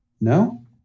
No